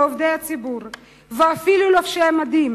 עובדי ציבור ואפילו לובשי מדים